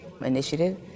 initiative